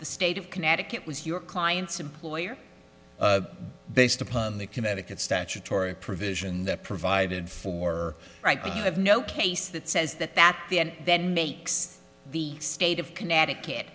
the state of connecticut was your client's employer based upon the connecticut statutory provision that provided for right but you have no case that says that that the end then makes the state of connecticut